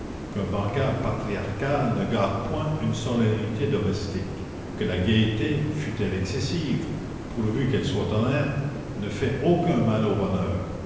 qu'un banquet patriarcal ne gâte point une solennité domestique que la gaîté fût-elle excessive pourvu qu'elle soit honnête ne fait aucun mal au bonheur